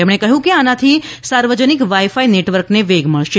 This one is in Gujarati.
તેમણે કહ્યું કે આનાથી સાર્વજનિક વાઈ ફાઈ નેટવર્કથી વેગ મળશે